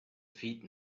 feet